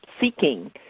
seeking